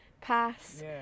Pass